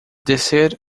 descer